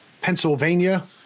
Pennsylvania